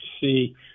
see